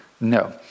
No